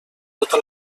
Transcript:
tota